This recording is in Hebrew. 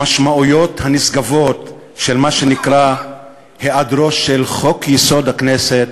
המשמעויות הנשגבות של מה שנקרא היעדרו של חוק-יסוד: הכנסת.